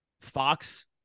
Fox